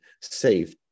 safe